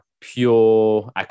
pure